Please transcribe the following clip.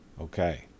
Okay